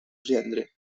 gendre